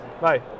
Bye